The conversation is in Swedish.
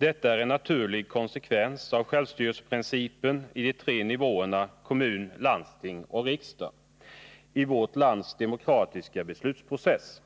Detta är en naturlig konsekvens av självstyrelseprincipen i de tre nivåerna — kommun, landsting och riksdag — i vårt lands demokratiska beslutsprocess.